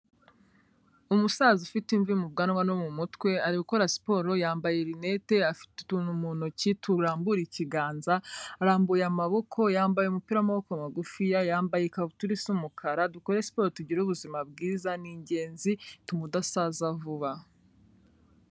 Umusaza ufite imvi mu bwanwa no mu mutwe ari gukora siporo yambaye rinete, afite utuntu mu ntoki turambura ikiganza, arambuye amaboko, yambaye umupira w'amaboko magufiya, yambaye ikabutura isa umukara. Dukore siporo tugire ubuzima bwiza, ni ingenzi ituma udasaza vuba.